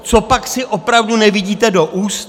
Copak si opravdu nevidíte do úst?